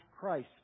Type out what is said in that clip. Christ